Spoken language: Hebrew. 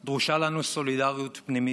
דרושה לנו סולידריות פנימית.